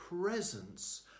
presence